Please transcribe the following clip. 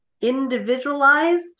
individualized